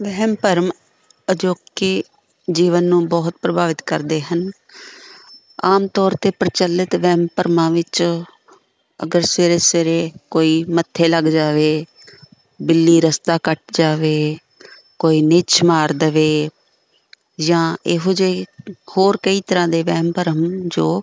ਵਹਿਮ ਭਰਮ ਅਜੌਕੇ ਜੀਵਨ ਨੂੰ ਬਹੁਤ ਪ੍ਰਭਾਵਿਤ ਕਰਦੇ ਹਨ ਆਮ ਤੌਰ 'ਤੇ ਪ੍ਰਚੱਲਿਤ ਵਹਿਮ ਭਰਮਾਂ ਵਿੱਚ ਅਗਰ ਸਵੇਰੇ ਸਵੇਰੇ ਕੋਈ ਮੱਥੇ ਲੱਗ ਜਾਵੇ ਬਿੱਲੀ ਰਸਤਾ ਕੱਟ ਜਾਵੇ ਕੋਈ ਨਿੱਛ ਮਾਰ ਦੇਵੇ ਜਾਂ ਇਹੋ ਜਿਹੇ ਹੋਰ ਕਈ ਤਰ੍ਹਾਂ ਦੇ ਵਹਿਮ ਭਰਮ ਜੋ